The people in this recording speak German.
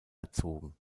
erzogen